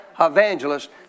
evangelist